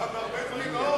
בהרבה מאוד דברים.